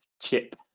chip